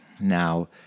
Now